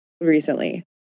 recently